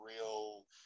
real